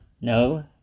No